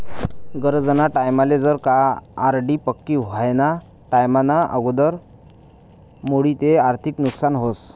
गरजना टाईमले जर का आर.डी पक्की व्हवाना टाईमना आगदर मोडी ते आर्थिक नुकसान व्हस